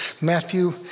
Matthew